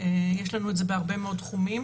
יש לנו את זה בהרבה מאוד תחומים.